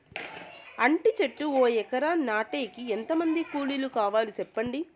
అంటి చెట్లు ఒక ఎకరా నాటేకి ఎంత మంది కూలీలు కావాలి? సెప్పండి?